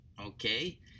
okay